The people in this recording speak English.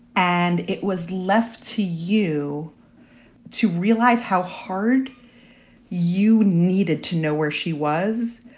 and it was left to you to realize how hard you needed to know where she was,